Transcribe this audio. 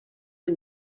who